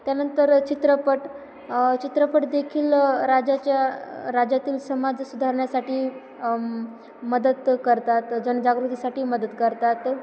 त्यानंतर चित्रपट चित्रपट देखील राज्याच्या राज्यातील समाज सुधारण्यासाठी मदत करतात जनजागृतीसाठी मदत करतात